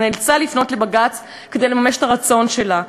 ונאלצה לפנות לבג"ץ כדי לממש את הרצון שלה.